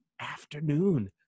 afternoon